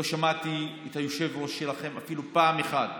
לא שמעתי את היושב-ראש שלכם מתייחס אפילו פעם אחת